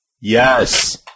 Yes